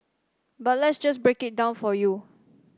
but let's just break it down for you